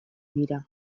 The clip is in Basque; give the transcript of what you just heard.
dira